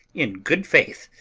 in good faith,